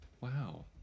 wow